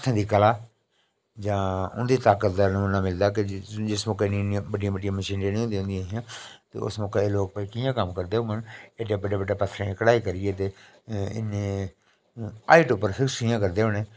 हत्थें दी कला उं'दी जां ताकत दा नमूना मिलदा जिस मौके इंन्नियां बड्डियांं बड्डियां मशीनां नेईं होन्दियां हियां ते उस मौके एह् लोक कियां कम्म करदे होङन एड्डे बड्डे बड्डे पत्थर दी कढाई करियै ते इन्नी हाइट उप्पर शिफ्ट कि'यां करदे होने